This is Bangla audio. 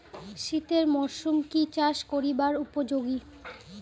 শীতের মরসুম কি চাষ করিবার উপযোগী?